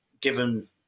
given